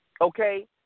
okay